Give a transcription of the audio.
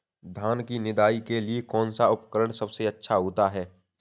धान की निदाई के लिए कौन सा उपकरण सबसे अच्छा होता है?